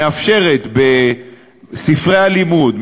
מאפשרת בספרי הלימוד,